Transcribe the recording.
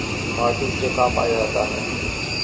माटी से का पाया जाता है?